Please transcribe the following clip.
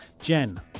Jen